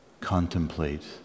contemplate